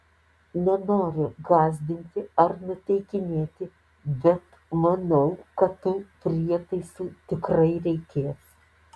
nenoriu gąsdinti ar nuteikinėti bet manau kad tų prietaisų tikrai reikės